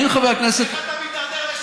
חבר הכנסת מיקי זוהר,